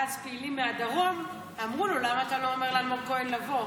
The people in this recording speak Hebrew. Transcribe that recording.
ואז פעילים מהדרום אמרו לו: למה אתה לא אומר לאלמוג כהן לבוא?